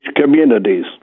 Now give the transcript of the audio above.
communities